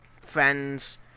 friends